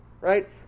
Right